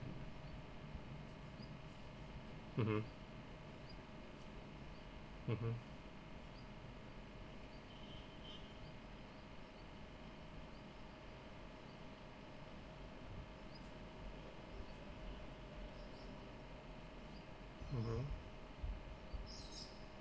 mmhmm mmhmm mmhmm